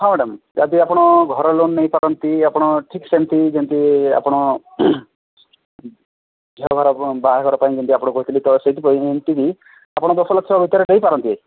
ହଁ ମ୍ୟାଡ଼ାମ୍ ଯଦି ଆପଣ ଘର ଲୋନ୍ ନେଇପାରନ୍ତି ଆପଣ ଠିକ୍ ସେମିତି ଯେମିତି ଆପଣ ଝିଅର ବାହାଘର ପାଇଁ ଯେମିତି ଆପଣ କହିଲେ ତ ସେଇଥିପାଇଁ ଏମିତି କି ଆପଣ ଦଶ ଲକ୍ଷ ଭିତରେ ନେଇପାରନ୍ତି